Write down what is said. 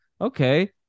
Okay